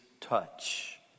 touch